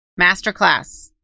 Masterclass